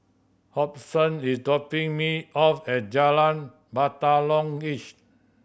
Hobson is dropping me off at Jalan Batalong East